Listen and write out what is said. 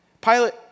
Pilate